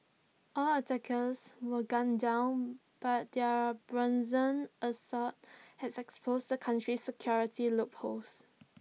all attackers were gunned down but their brazen assault has exposed the country's security loopholes